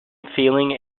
feeling